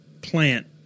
plant